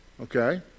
okay